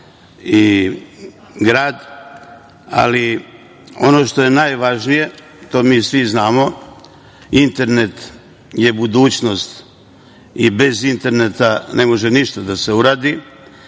i grada. Ono što je najvažnije, to mi svi znamo, internet je budućnost i bez interneta ne može ništa da se uradi. Mi